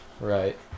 Right